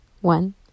one